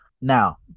now